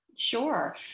Sure